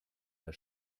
der